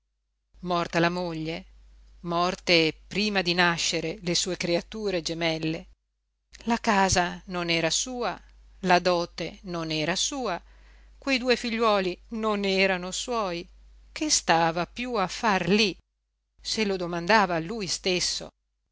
morta la moglie morte prima di nascere le sue creature gemelle la casa non era sua la dote non era sua quei due figliuoli non erano suoi che stava piú a far lí se lo domandava lui stesso